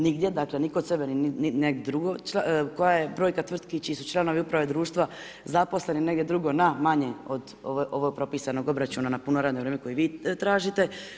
Nigdje, dakle ni kod sebe, ni negdje drugo, koja je brojka tvrtki čiji su članovi uprave društva zaposleni negdje drugo na manje od ovog propisanog obračuna na puno radno vrijeme koje vi tražite?